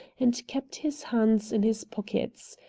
and kept his hands in his pockets.